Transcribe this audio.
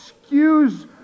excuse